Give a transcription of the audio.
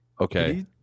Okay